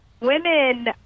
Women